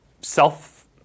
self